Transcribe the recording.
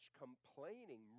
complaining